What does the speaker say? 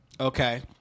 Okay